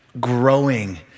Growing